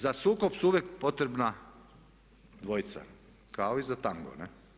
Za sukob su uvijek potrebna dvojica, kao i za tango ne'